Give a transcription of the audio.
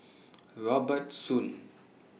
Robert Soon